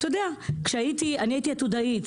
אני הייתי עתודאית,